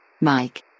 Mike